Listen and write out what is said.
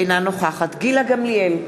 אינה נוכחת גילה גמליאל,